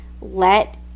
let